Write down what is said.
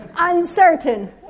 uncertain